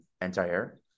anti-air